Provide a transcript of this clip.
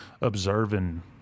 observing